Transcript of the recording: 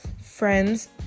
friends